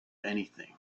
anything